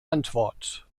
antwort